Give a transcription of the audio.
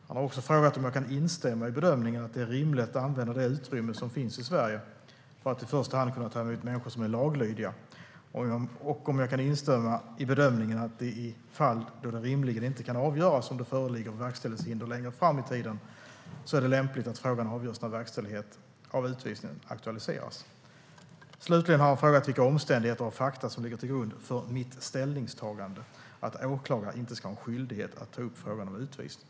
Han har också frågat om jag kan instämma i bedömningen att det är rimligt att använda det utrymme som finns i Sverige för att i första hand ta emot människor som är laglydiga och om jag kan instämma i bedömningen att det i de fall det rimligen inte kan avgöras om det längre fram i tiden föreligger verkställighetshinder är lämpligt att frågan avgörs när verkställighet av utvisningen aktualiseras. Slutligen har han frågat vilka omständigheter och fakta som ligger till grund för mitt ställningstagande att åklagare inte ska ha en skyldighet att ta upp frågan om utvisning.